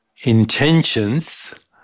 Intentions